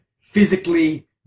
physically